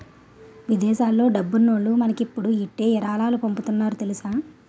విదేశాల్లో డబ్బున్నోల్లు మనకిప్పుడు ఇట్టే ఇరాలాలు పంపుతున్నారు తెలుసా